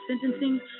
sentencing